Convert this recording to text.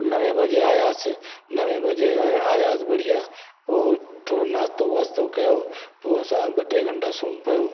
नवे वजे आयासीं नवे वजे आहियां आयासीं बढ़िया पोइ थोरो नाश्तो वाश्तो कयो पोइ असां ॿ टे घंटा सुम्ही पियो